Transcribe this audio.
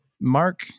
Mark